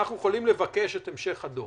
אנחנו יכולים לבקש את המשך הדוח,